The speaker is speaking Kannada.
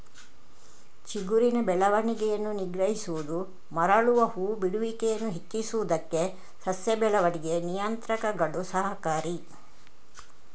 ಚಿಗುರಿನ ಬೆಳವಣಿಗೆಯನ್ನು ನಿಗ್ರಹಿಸುವುದು ಮರಳುವ ಹೂ ಬಿಡುವಿಕೆಯನ್ನು ಹೆಚ್ಚಿಸುವುದಕ್ಕೆ ಸಸ್ಯ ಬೆಳವಣಿಗೆ ನಿಯಂತ್ರಕಗಳು ಸಹಕಾರಿ